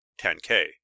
10K